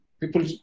people